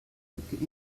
looking